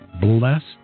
blessed